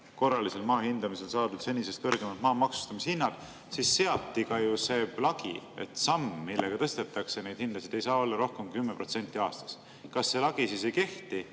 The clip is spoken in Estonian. korralisel maa hindamisel saadud, senisest kõrgemad maa maksustamise hinnad, siis seati ka see lagi, et samm, millega tõstetakse neid hindasid, ei saa olla rohkem kui 10% aastas. Kas see lagi ei kehti